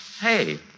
Hey